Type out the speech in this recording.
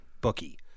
bookie